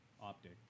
Optic